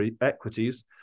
equities